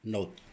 Note